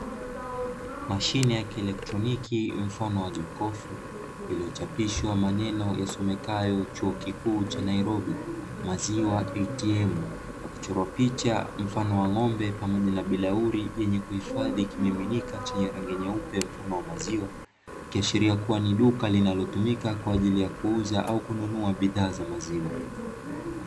Mashine ya kielektroniki mfano wa jokofu iliyochapishwa maneno yasomekayo "CHUO KIKUU CHA NAIROBI MAZIWA ATM" na kuchorwa picha mfano wa ng'ombe, pamoja na birauli yenye kuhifadhi kimiminika chenye rangi nyeupe mfano wa maziwa, ikiashiria kuwa ni duka linalotumika kwa aiji ya kuuza au kununua bidhaa za maziwa.